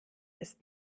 ist